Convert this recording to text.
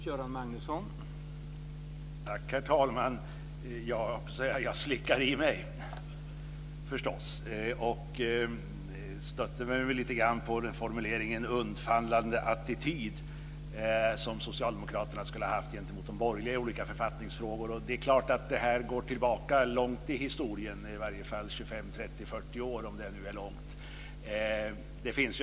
Herr talman! Jag slickar i mig förstås, höll jag på att säga. Jag stötte mig lite grann på formuleringen om en undfallande attityd som socialdemokraterna skulle ha haft gentemot de borgerliga i olika författningsfrågor. Det är klart att det här går tillbaka långt i historien, i varje fall 25-40 år om det nu är långt.